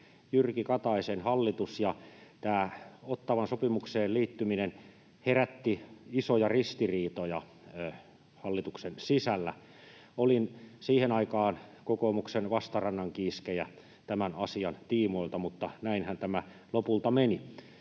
Jyrki Kataisen hallitus, ja tämä Ottawan sopimukseen liittyminen herätti isoja ristiriitoja hallituksen sisällä. Olin siihen aikaan kokoomuksen vastarannankiiskejä tämän asian tiimoilta, mutta näinhän tämä lopulta meni.